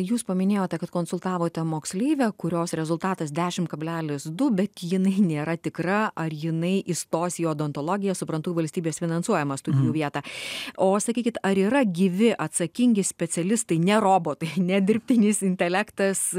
jūs paminėjote kad konsultavote moksleivę kurios rezultatas dešimt kablelis du bet jinai nėra tikra ar jinai įstos į odontologiją suprantu valstybės finansuojamą studijų vietą o sakykit ar yra gyvi atsakingi specialistai ne robotai ne dirbtinis intelektas